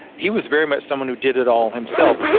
he was very much someone who did it all himself.